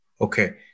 Okay